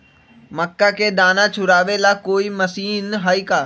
मक्का के दाना छुराबे ला कोई मशीन हई का?